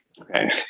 okay